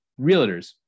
Realtors